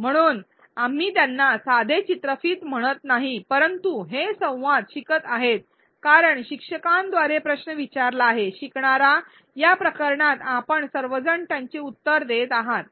म्हणून आम्ही त्यांना साधे चित्रफित म्हणत नाही परंतु हे संवाद शिकत आहेत कारण शिक्षकांद्वारे प्रश्न विचारला आहे शिकणारा या प्रकरणात आपण सर्वजण त्याचे उत्तर देत आहात